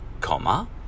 comma